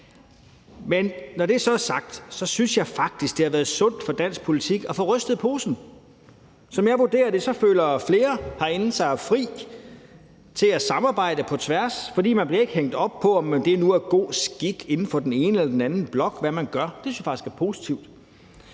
Men når det så er sagt, synes jeg faktisk, det har været sundt for dansk politik at få rystet posen. Som jeg vurderer det, føler flere herinde sig fri til at samarbejde på tværs, fordi man ikke bliver hængt op på, om det nu er god skik inden for den ene eller den anden blok, hvad man gør. Det synes jeg faktisk er positivt.